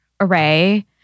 Array